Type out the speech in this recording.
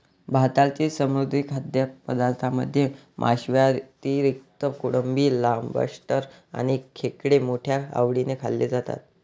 भारतातील समुद्री खाद्यपदार्थांमध्ये माशांव्यतिरिक्त कोळंबी, लॉबस्टर आणि खेकडे मोठ्या आवडीने खाल्ले जातात